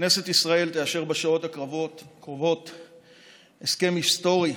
כנסת ישראל תאשר בשעות הקרובות הסכם היסטורי,